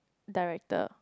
director